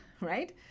right